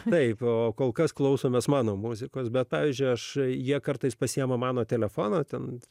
taip o kol kas klausomės mano muzikos bet pavyzdžiui aš jie kartais pasiima mano telefoną ten